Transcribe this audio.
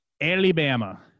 Alabama